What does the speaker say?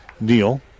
Neal